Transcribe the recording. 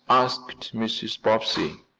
asked mrs. bobbsey.